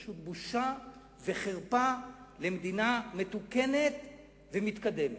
פשוט בושה וחרפה למדינה מתוקנת ומתקדמת.